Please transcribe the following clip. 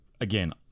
again